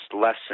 lesson